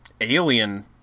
alien